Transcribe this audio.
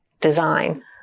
design